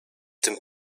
tym